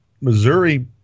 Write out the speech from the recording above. Missouri